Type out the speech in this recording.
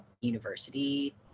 University